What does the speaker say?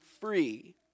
free